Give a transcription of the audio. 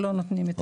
כך שלא ניתן מענה.